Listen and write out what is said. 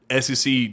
SEC